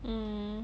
um